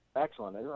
excellent